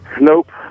Nope